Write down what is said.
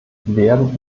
werden